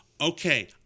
okay